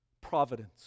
providence